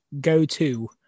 go-to